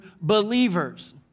believers